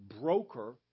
broker